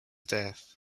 death